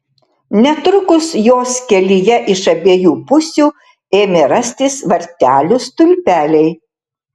netrukus jos kelyje iš abiejų pusių ėmė rastis vartelių stulpeliai